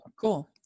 cool